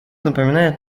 напоминает